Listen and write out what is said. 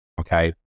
okay